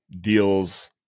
deals